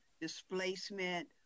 displacement